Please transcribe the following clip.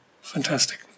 Fantastic